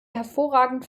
hervorragend